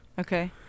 okay